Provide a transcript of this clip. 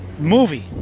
movie